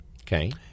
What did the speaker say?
Okay